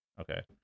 okay